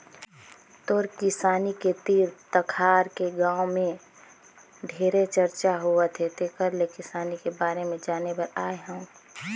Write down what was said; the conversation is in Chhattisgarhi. तोर किसानी के तीर तखार के गांव में ढेरे चरचा होवथे तेकर ले किसानी के बारे में जाने बर आये हंव